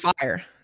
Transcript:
fire